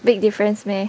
big difference meh